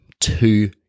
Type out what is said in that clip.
Two